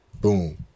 boom